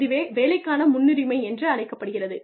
இதுவே வேலைக்கான முன்னுரிமை என்று அழைக்கப்படுகிறது